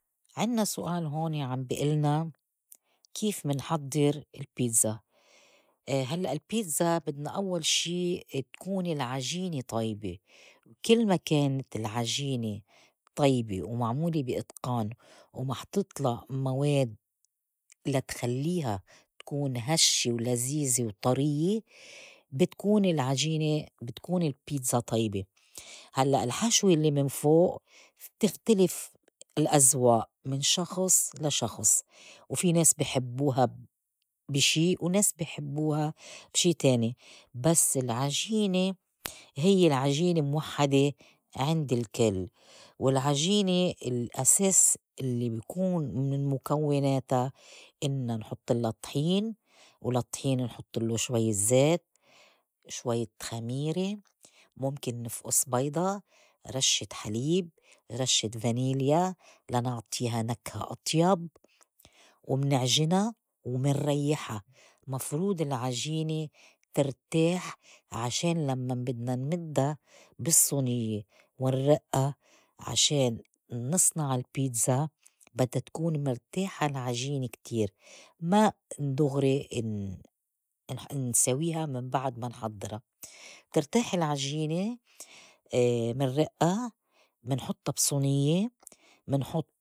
عِنّا سؤال هون عم بي إلنا كيف منحضّر البيتزا؟ هلّأ البيتزا بدنا أوّل شي تكون العجينة طيبة كل ما كانت العجينة طيبة ومعمولة بي إتقان ومحطوطلا مواد لتخليّها تكون هشّة ولزيزة وطريّة بتكون العجينة بتكون البيتزا طيبة. هلّأ الحشوة الّي من فوء بتختلف الأزواء من شخص لشخص وفي ناس بيحبّوها بي شي وناس بيحبّوها بشي تاني، بس العجينة هيّ العجينة موحّدة عند الكل والعجينة الأساس الّي بكون من مكوناتا إنّا نحُطلّا طحين ولا الطحين نحطّلو شويّة زيت، شويّة خميرة ممكن نفئُس بيضة، رشّة حليب، رشّة فانيليا لنعطيها نكهة أطيب ومنعجنا ومنريّحا مفروض العجينة ترتاح عشان لمّاً بدنا نمدّا بالصُنيّة ونرئّا عشان نِصْنَع البيتزا بدّا تكون مرتاحة العجينة كتير ما دُغري إنح- إن- إنساويها من بعد ما نحضرا بترتاح العجينة منرئّا، منحطّا بصُنيّة منحط.